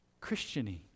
Christian-y